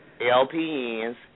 LPNs